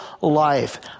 life